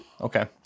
Okay